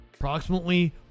Approximately